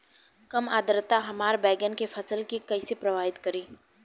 कम आद्रता हमार बैगन के फसल के कइसे प्रभावित करी?